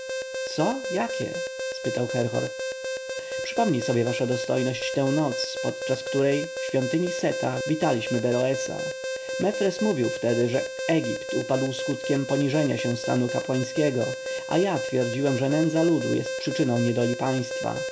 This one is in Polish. co jakie spytał herhor przypomnij sobie wasza dostojność tę noc podczas której w świątyni seta witaliśmy najświątobliwszego beroesa mefres mówił wtedy że egipt upadł skutkiem poniżenia się stanu kapłańskiego a ja twierdziłem że nędza ludu jest przyczyną niedoli państwa